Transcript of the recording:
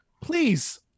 please